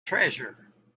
treasure